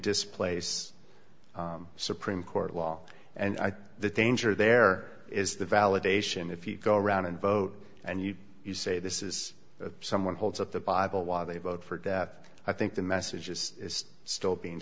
displace supreme court law and i think the danger there is the validation if you go around and vote and you say this is that someone holds up the bible while they vote for death i think the message is still being